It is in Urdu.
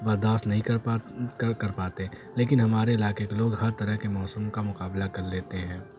برداشت نہیں کر پات کر کر پاتے لیکن ہمارے علاقے کے لوگ ہر طرح کے موسم کا مقابلہ کر لیتے ہیں